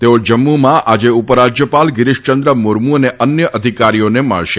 તેઓ જમ્મુમાં આજે ઉપરાજયપાલ ગીરીશયંદ્ર મુર્મુ અને અન્ય અધિકારીઓને મળશે